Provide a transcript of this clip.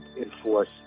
enforce